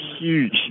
huge